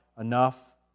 enough